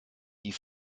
die